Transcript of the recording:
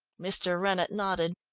mr. rennett nodded.